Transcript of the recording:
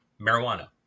marijuana